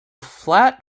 flat